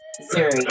Siri